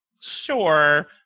Sure